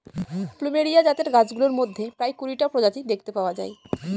plumeria জাতের গাছগুলোর মধ্যে প্রায় কুড়িটা প্রজাতি দেখতে পাওয়া যায়